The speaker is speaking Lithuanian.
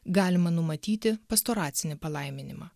galima numatyti pastoracinį palaiminimą